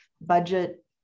budget